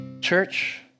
Church